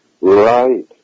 Right